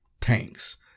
tanks